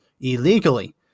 illegally